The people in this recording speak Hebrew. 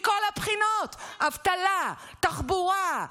מכל הבחינות, אבטלה, תחבורה.